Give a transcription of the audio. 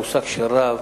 המושג של רב,